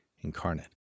incarnate